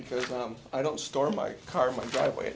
because well i don't store my car my driveway